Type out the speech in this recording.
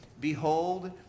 Behold